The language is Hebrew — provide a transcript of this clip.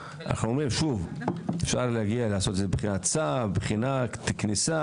אפשר לעשות בחינת כניסה,